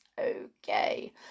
okay